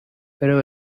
pero